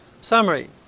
Summary